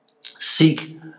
Seek